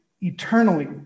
eternally